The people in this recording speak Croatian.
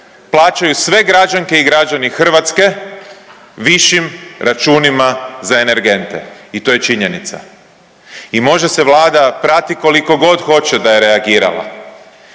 plaćaju sve građanke i građani Hrvatske višim računima za energente i to je činjenica i može se vlada prati koliko god hoće da je reagirala,